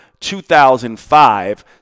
2005